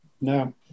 No